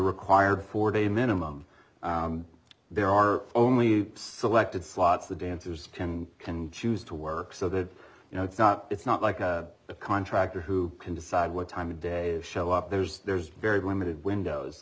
required four day minimum there are only selected slots the dancers can can choose to work so that you know it's not it's not like a contractor who can decide what time of day of show up there's there's very limited